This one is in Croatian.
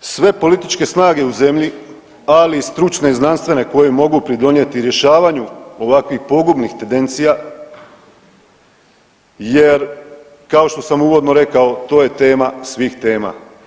sve političke snage u zemlji ali i stručne i znanstvene koje mogu pridonijeti rješavanju ovakvih pogubnih tendencija jer kao što sam uvodno rekao to je tema svih tema.